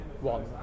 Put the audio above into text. One